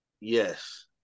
Yes